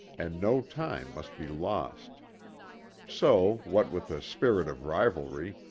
and no time must be lost so, what with the spirit of rivalry,